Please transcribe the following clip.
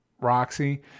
Roxy